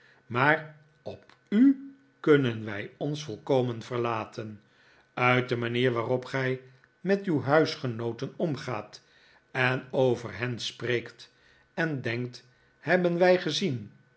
maar op u kunnen wij ons volkomen verlaten uit de manier waarop gij met uw huisgenooten omgaat en over hen spreekt en denkt hebben wij gezien